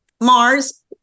Mars